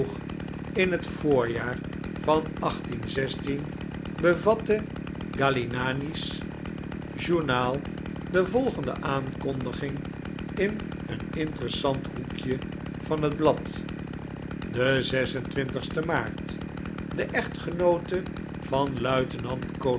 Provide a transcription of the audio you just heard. in het voorjaar van bevatte galignani's journal de volgende aankondiging in een interessant hoekje van het blad den sten maart de echtgenoote van